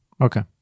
Okay